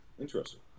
Interesting